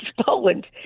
Poland